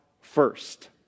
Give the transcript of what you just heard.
first